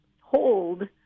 hold